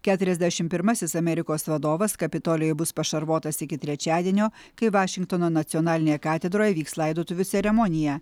keturiasdešim pirmasis amerikos vadovas kapitolijuj bus pašarvotas iki trečiadienio kai vašingtono nacionalinėje katedroje vyks laidotuvių ceremonija